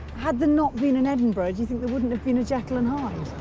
had there not been an edinburgh, do you think there wouldn't have been a jekyll and hyde?